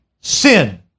sin